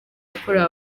yakorewe